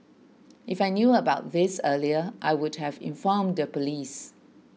if I knew about this earlier I would have informed the police